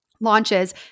launches